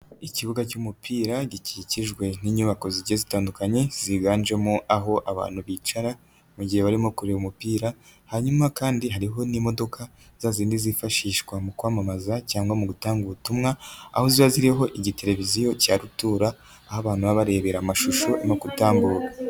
Ikibuga cy'umupira gikikijwe n'inyubako zi zitandukanye ziganjemo aho abantu bicara mu gihe barimo kureba umupira hanyuma kandi hariho n'imodoka za zindi zifashishwa mu kwamamaza cyangwa mu gutanga ubutumwa, aho ziba ziriho igiteleviziyo cyarutura aho abantu baba barebera amashusho arimo gutambuka.